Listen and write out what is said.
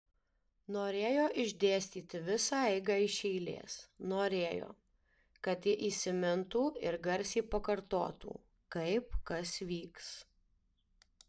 norėjo išdėstyti visą eigą iš eilės norėjo kad ji įsimintų ir garsiai pakartotų kaip kas vyks